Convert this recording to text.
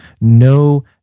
No